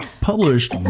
published